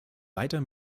weiter